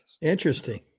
Interesting